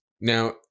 Now